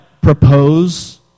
propose